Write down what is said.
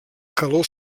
calor